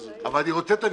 אבל אני רוצה את הניסוח,